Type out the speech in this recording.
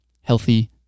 healthy